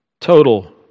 total